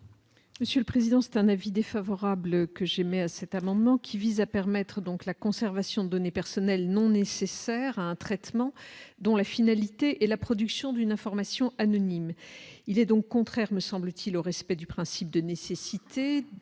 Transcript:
Monsieur le président, c'est un avis défavorable que j'aimais à cet amendement qui vise à permettre donc la conservation données personnelles non nécessaire à un traitement dont la finalité est la production d'une information anonyme, il est donc au contraire, me semble-t-il, au respect du principe de nécessité